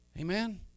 Amen